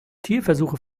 tierversuche